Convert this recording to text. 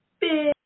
big